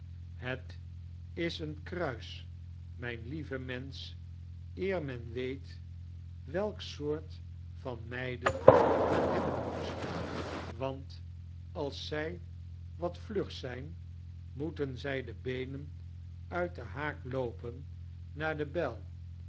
set is een kruis mijn lieve mensch eermen weet welk soort van meiden men hebben moet want als zij wat vlug zyn moeten zij de beenen uit den haak loopen naar de bel